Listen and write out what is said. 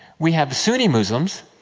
we have the sunni muslims.